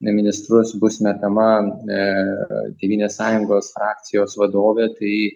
į ministrus bus metama tėvynės sąjungos frakcijos vadovė tai